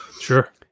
Sure